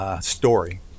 story